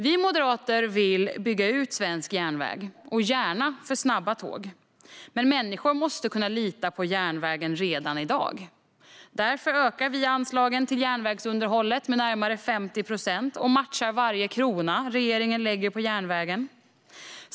Vi moderater vill bygga ut svensk järnväg, gärna för snabba tåg. Men människor måste kunna lita på järnvägen redan i dag. Därför ökar vi anslagen till järnvägsunderhållet med närmare 50 procent och matchar varje krona som regeringen lägger på järnvägen.